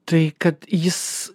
tai kad jis